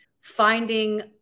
finding